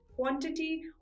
quantity